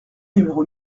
numéro